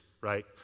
right